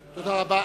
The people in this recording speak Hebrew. תודה רבה.